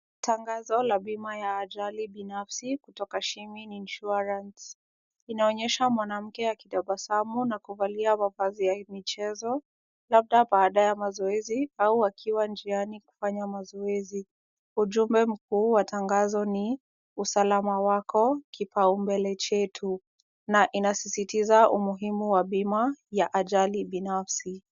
Tangazo la pima la ajali binafsi kutoka Shimin Insurance. Inaonyesha mwanamke akitabasamu na kuvalia mavazi ya mchezo labda baada ya mazoezi au wakiwa njiani kufanya mazoezi. Ujumbe mkuu wa tangazo ni usalama wako kipao mbele chetu na inasisitiza umuhimu wa pima ya ajali binafsi.